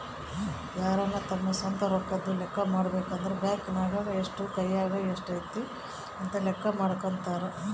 ಯಾರನ ತಮ್ಮ ಸ್ವಂತ ರೊಕ್ಕದ್ದು ಲೆಕ್ಕ ಮಾಡಬೇಕಂದ್ರ ಬ್ಯಾಂಕ್ ನಗ ಎಷ್ಟು ಮತ್ತೆ ಕೈಯಗ ಎಷ್ಟಿದೆ ಅಂತ ಲೆಕ್ಕ ಮಾಡಕಂತರಾ